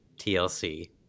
TLC